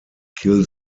kill